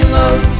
love